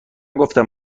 گفتم